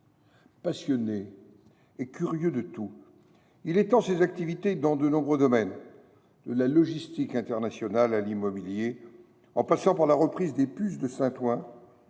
Passionné et curieux de tout, il étend ses activités à de nombreux domaines : de la logistique internationale à l’immobilier en passant par la reprise des Puces de Saint Ouen,